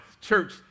church